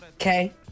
Okay